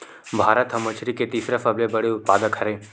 भारत हा मछरी के तीसरा सबले बड़े उत्पादक हरे